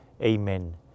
Amen